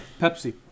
Pepsi